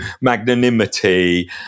magnanimity